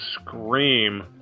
scream